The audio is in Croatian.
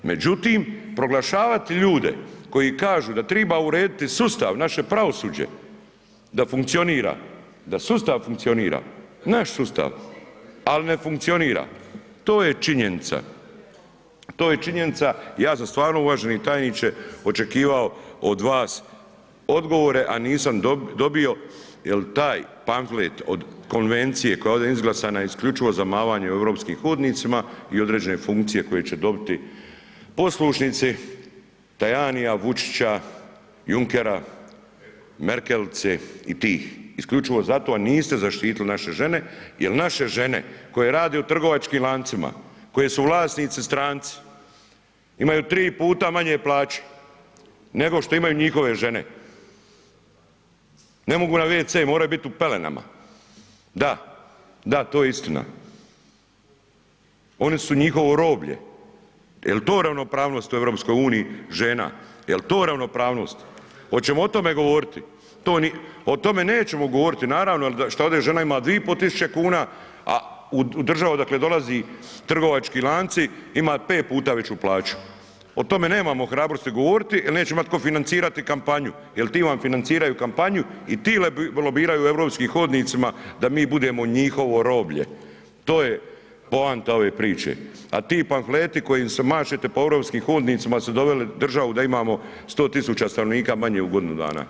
Međutim, proglašavat ljude koji kažu da triba urediti sustav, naše pravosuđe da funkcionira, da sustav funkcionira, naš sustav, al ne funkcionira, to je činjenica, to je činjenica, ja sam stvarno uvaženi tajniče očekivao od vas odgovore, a nisam dobio jel taj pamflet od konvencije koja je ovdje izglasana je isključivo za mavanje europskim hodnicima i određene funkcije koje će dobiti poslušnici Tajanija, Vučića, Junkera, Merkelice i tih, isključivo zato niste zaštitili naše žene jel naše žene koje rade u trgovačkim lancima, koje su vlasnici stranci, imaju tri puta manje plaće nego što imaju njihove žene, ne mogu na wc, moraju bit u pelenama, da, da to je istina, one su njihovo roblje, jel to ravnopravnost u EU žena, jel to ravnopravnost, oćemo o tome govoriti, o tome nećemo govoriti naravno šta ovdje žena ima 2.500,00 kn, a u državama odakle dolazi trgovački lanci ima pet puta veću plaću, o tome nemamo hrabrosti govoriti jel neće imat tko financirati kampanju, jel ti nam financiraju kampanju i ti lobiraju europskim hodnicima da mi budemo njihovo roblje, to je poanta ove priče, a ti pamfleti kojim se mašete po europskim hodnicima su doveli državu da imamo 100 000 stanovnika manje u godinu dana.